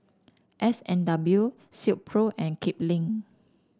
S and W Silkpro and Kipling